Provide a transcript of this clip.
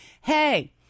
Hey